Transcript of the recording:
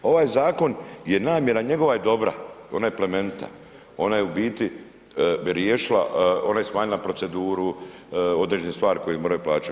Ovaj zakon je namjera njegova je dobra, ona je plemenita, ona je u biti bi riješila, ona je smanjila proceduru, određene stvari koje moraju plaćat.